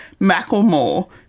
Macklemore